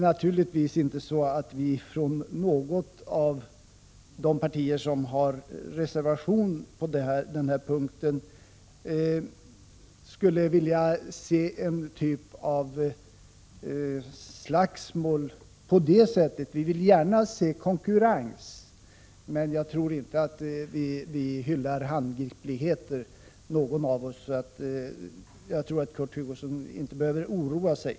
Naturligtvis skulle inget av de partier som har reservation på denna punkt vilja se den typen av slagsmål. Vi vill gärna se konkurrens, men jag tror inte att någon av oss tycker om handgripligheter, så Kurt Hugosson behöver nog inte oroa sig.